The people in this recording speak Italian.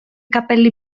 capelli